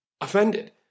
offended